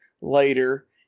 later